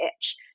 itch